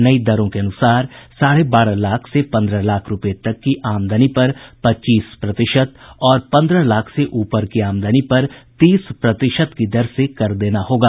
नई दरों के अनुसार साढ़े बारह लाख से पन्द्रह लाख रूपये तक की आमदनी पर पच्चीस प्रतिशत और पन्द्रह लाख से ऊपर की आमदनी पर तीस प्रतिशत की दर से कर देना होगा